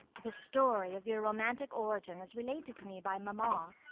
the story of your romantic origin, as related to me by mamma,